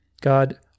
God